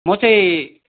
म चाहिँ